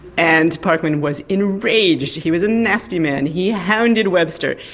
and parkman was enraged. he was a nasty man. he hounded webster,